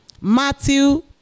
Matthew